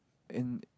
in